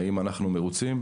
האם אנחנו מרוצים?